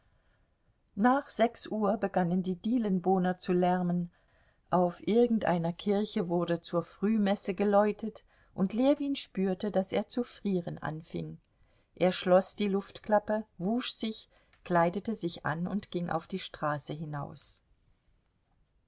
nach sechs uhr begannen die dielenbohner zu lärmen auf irgendeiner kirche wurde zur frühmesse geläutet und ljewin spürte daß er zu frieren anfing er schloß die luftklappe wusch sich kleidete sich an und ging auf die straße hinaus